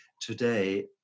today